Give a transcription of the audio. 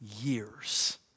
years